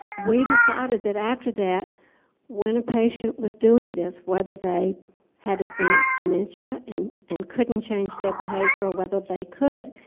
we decided that after that when a patient was doing this, whether they had advanced dementia and and couldn't change their behavior, or whether they could,